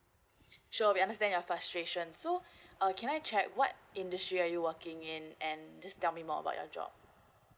sure we understand your frustration so uh can I check what industry are you working in and just tell me more about your job